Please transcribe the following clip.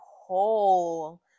whole